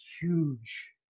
huge